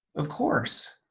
of course.